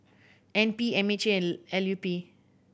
N P M H A and L U P